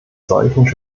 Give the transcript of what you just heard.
solchen